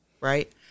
right